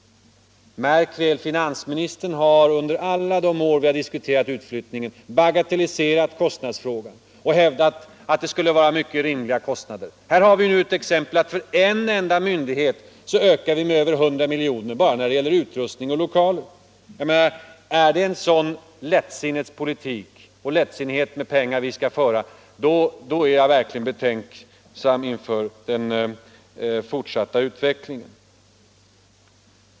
Märk väl att finansministern under alla de år vi diskuterat utflyttningen har bagatelliserat kostnadsfrågan och hävdat att det skulle vara mycket rimliga kostnader. Här har vi nu ett exempel på att kostnaderna för en enda myndighet ökat med nära hundra miljoner bara när det gäller utrustning och lokaler. Skall vi föra en sådan lättsinnets politik i fråga om pengar, är jag verkligen betänksam inför den fortsatta utvecklingen.